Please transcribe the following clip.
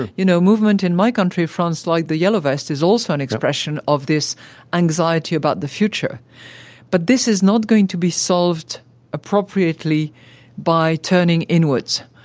you know, a movement in my country, france, like the yellow vest, is also an expression of this anxiety about the future but this is not going to be solved appropriately by turning inwards,